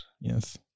yes